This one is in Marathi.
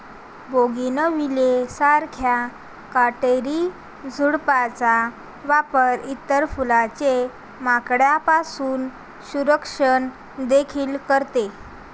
बोगनविले सारख्या काटेरी झुडपांचा वापर इतर फुलांचे माकडांपासून संरक्षण देखील करते